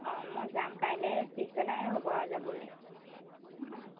অ মই যাম কাইলৈ পিছবেলাহে হ'ব আৰু যাবলৈ অ